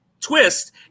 twist